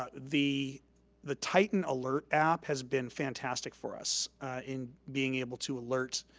ah the the titan alert app has been fantastic for us in being able to alert